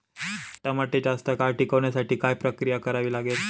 टमाटे जास्त काळ टिकवण्यासाठी काय प्रक्रिया करावी लागेल?